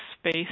space